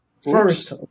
First